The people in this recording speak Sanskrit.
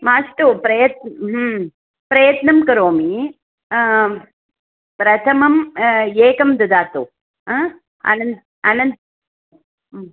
मास्तु प्रयत् प्रयत्नं करोमि प्रथमम् एकं ददातु हा अन अन